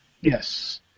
Yes